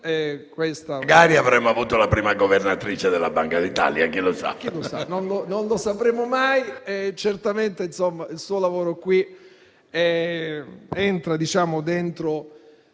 Magari avremmo avuto la prima Governatrice della Banca d'Italia, chi lo sa?